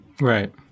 Right